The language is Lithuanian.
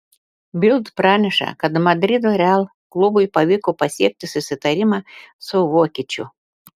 bild praneša kad madrido real klubui pavyko pasiekti susitarimą su vokiečiu